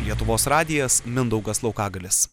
lietuvos radijas mindaugas laukagalis